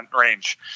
range